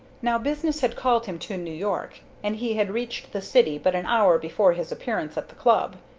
now business had called him to new york, and he had reached the city but an hour before his appearance at the club.